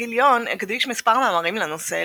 הגיליון הקדיש מספר מאמרים לנושא,